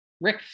Rick